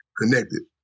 connected